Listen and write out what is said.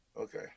Okay